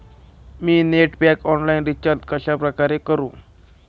मी net pack online recharge कशाप्रकारे करु?